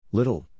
Little